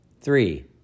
Three